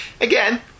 Again